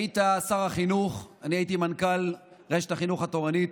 היית שר החינוך ואני הייתי מנכ"ל רשת החינוך התורנית,